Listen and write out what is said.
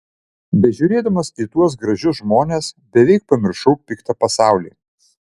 bežiūrėdamas į tuos gražius žmones beveik pamiršau piktą pasaulį